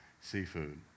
seafood